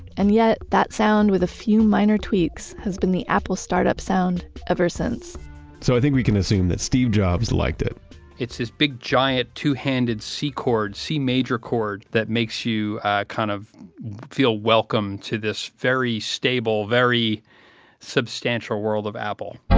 and yet, that sound, with a few minor tweaks, has been the apple start-up sound ever since so, i think we can assume that steve jobs liked it it's this big, giant, two-handed c chord, c major chord, that makes you kind of feel welcome to this very stable, very substantial world of apple.